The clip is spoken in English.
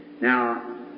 Now